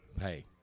Hey